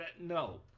No